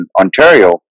Ontario